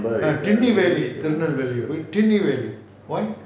tinivelli tirunelveli tinivelli why